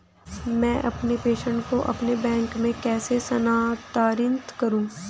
मैं अपने प्रेषण को अपने बैंक में कैसे स्थानांतरित करूँ?